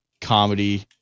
comedy